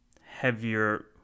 heavier